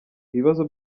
ibibazo